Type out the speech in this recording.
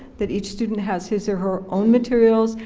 that each student has his or her own materials,